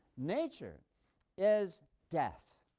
nature is death.